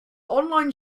online